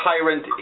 tyrant